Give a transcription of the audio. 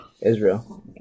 Israel